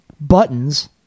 Buttons